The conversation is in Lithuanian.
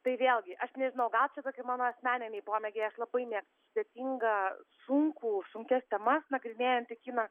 tai vėlgi aš nežinau gal čia toki mano asmeniniai pomėgiai aš labai mėgstu sudėtingą sunkų sunkias temas nagrinėjantį kiną